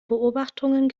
beobachtungen